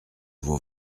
vos